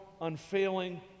unfailing